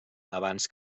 abans